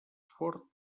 fort